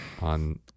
on